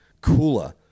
cooler